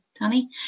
Danny